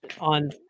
on